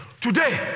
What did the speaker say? Today